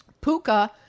Puka